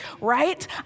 right